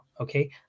okay